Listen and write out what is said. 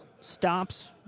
stops